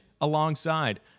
alongside